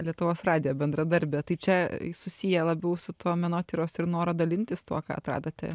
lietuvos radijo bendradarbė tai čia susiję labiau su tuo menotyros ir noro dalintis tuo ką atradote